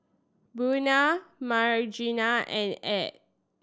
Buna Margery and Add